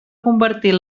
convertir